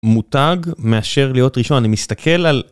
מותג מאשר להיות ראשון. אני מסתכל על...